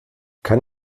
kann